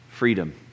freedom